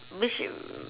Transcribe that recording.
which mm